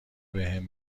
بهم